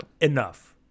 enough